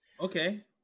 Okay